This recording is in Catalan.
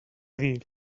dir